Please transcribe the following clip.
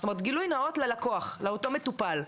כלומר חובת גילוי נאות לאותו מטופל.